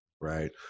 Right